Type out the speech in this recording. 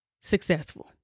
successful